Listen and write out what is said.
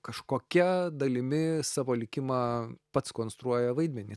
kažkokia dalimi savo likimą pats konstruoja vaidmenį